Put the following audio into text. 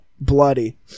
bloody